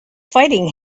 fighting